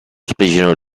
sprijinul